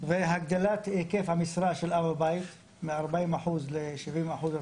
הגדלת היקף המשרה של אב הבית רצינו מארבעים אחוז לשבעים אחוז.